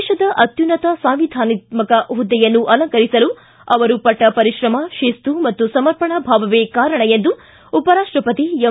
ದೇಶದ ಅತ್ಯುನ್ನತ ಸಾಂವಿಧಾನಾತ್ಮಕ ಹುದ್ದೆಯನ್ನು ಅಲಂಕರಿಸಲು ಅವರು ಪಟ್ಟ ಪರಿಶ್ರಮ ಶಿಸ್ತು ಮತ್ತು ಸಮರ್ಪಣಾಭಾವವೇ ಕಾರಣ ಎಂದು ಉಪರಾಷ್ಟಪತಿ ಎಂ